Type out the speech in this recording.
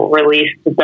released